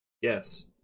Yes